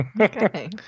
Okay